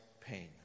pain